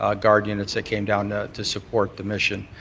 ah guard units that came down to support the mission.